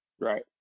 Right